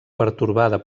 pertorbada